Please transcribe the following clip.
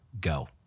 Go